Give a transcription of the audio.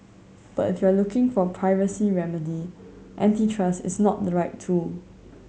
but if you're looking for a privacy remedy antitrust is not the right tool